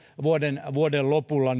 vuoden vuoden lopulla